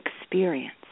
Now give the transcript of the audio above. experience